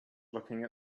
looking